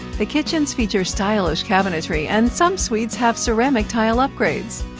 the kitchens feature stylish cabinetry, and some suites have ceramic tile upgrades.